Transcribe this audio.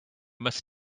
must